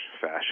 fashion